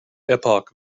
epoch